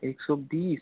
एक सौ बीस